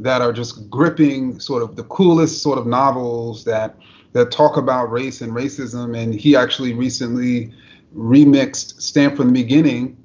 that are just gripping, sort of the coolest sort of novels that that talk about race and racism. and he actually recently remixed stamped from the beginning